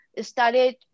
started